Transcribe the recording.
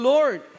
Lord